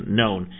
known